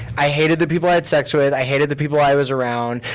i hated the people i had sex with. i hated the people i was around.